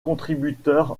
contributeur